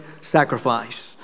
sacrifice